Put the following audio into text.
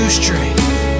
strength